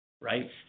right